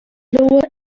lower